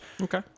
Okay